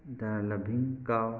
the loving cow